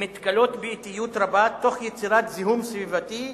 מתכלות באטיות רבה, תוך יצירת זיהום סביבתי,